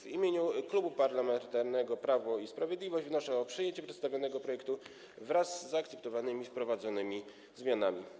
W imieniu Klubu Parlamentarnego Prawo i Sprawiedliwość wnoszę o przyjęcie przedstawionego projektu wraz z zaakceptowanymi i wprowadzonymi zmianami.